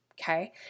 Okay